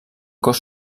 cos